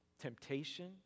temptation